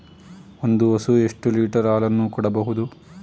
ಒಂದು ಹಸು ಎಷ್ಟು ಲೀಟರ್ ಹಾಲನ್ನು ಕೊಡಬಹುದು?